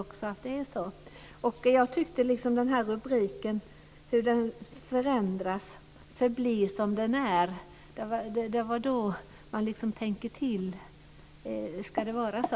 Det var orden i avhandlingens underrubrik "- förändras - förblir som den är" som fick mig att liksom tänka till: Ska det vara så?